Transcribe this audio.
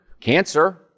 Cancer